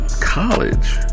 college